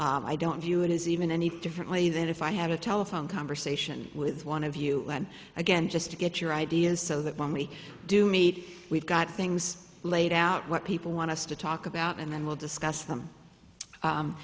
discussions i don't view it as even any differently than if i had a telephone conversation with one of you again just to get your ideas so that when we do meet we've got things laid out what people want us to talk about and then we'll discuss them